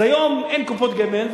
אז היום אין קופות גמל,